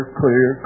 clear